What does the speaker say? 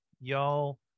y'all